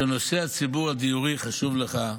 שנושא הדיור הציבורי חשוב לך,